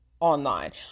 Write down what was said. online